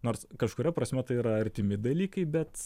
nors kažkuria prasme tai yra artimi dalykai bet